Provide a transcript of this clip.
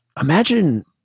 Imagine